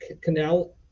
canal